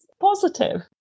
positive